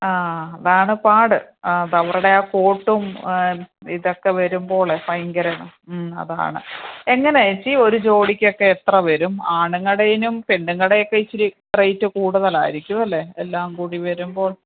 ആ അതാണ് പാട് അതവരുടെ ആ കോട്ടും ഇതൊക്കെ വരുമ്പോഴെ ഭയങ്കര അതാണ് എങ്ങനാണ് ഏച്ചി ഒരു ജോഡിക്കൊക്കെ എത്ര വരും ആണുങ്ങടേനും പെണ്ണുങ്ങടെയൊക്കെ ഇച്ചിരി റേറ്റ് കൂടുതലായിരിക്കും അല്ലേ എല്ലാംകൂടി വരുമ്പോൾ